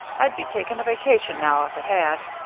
i'd be taking a vacation now if it had.